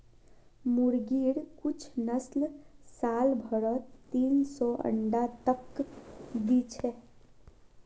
मुर्गिर कुछ नस्ल साल भरत तीन सौ तक अंडा दे दी छे